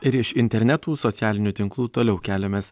ir iš internetų socialinių tinklų toliau keliamės